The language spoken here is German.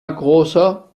großer